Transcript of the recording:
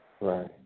Right